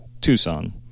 Tucson